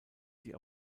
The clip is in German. sie